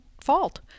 fault